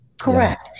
Correct